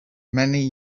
many